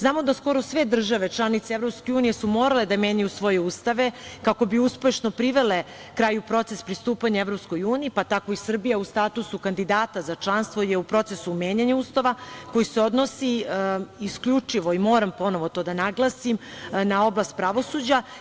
Znamo da skoro sve države članice Evropske unije su morale da menjaju svoje ustave kako bi uspešno privele kraju proces pristupanja Evropskoj uniji, pa tako i Srbija u statusu kandidata za članstvo je u procesu menjanja Ustava koji se odnosi isključivo, moram ponovo to da naglasim, na oblast pravosuđa.